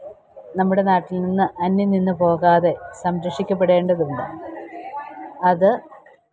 നമ്മുടെ നാട്ടിൽ നിന്ന് അന്യംനിന്ന് പോകാതെ സംരക്ഷിക്കപ്പെടേണ്ടതുണ്ട് അത്